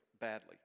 badly